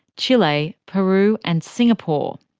chile, peru and singapore.